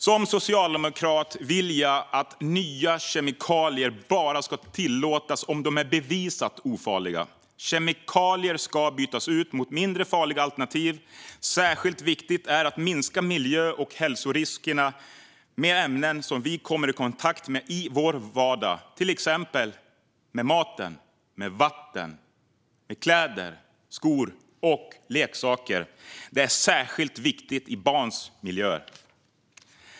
Som socialdemokrat vill jag att nya kemikalier bara ska tillåtas om de är bevisat ofarliga. Kemikalier ska bytas ut mot mindre farliga alternativ. Särskilt viktigt är det att minska miljö och hälsoriskerna med ämnen som vi kommer i kontakt med i vår vardag, till exempel i mat, i vatten, i kläder, i skor och i leksaker. Det är särskilt viktigt i barns miljöer.